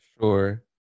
Sure